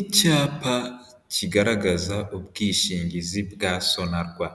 Icyapa kigaragaza ubwishingizi bwa SONARWA,